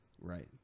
right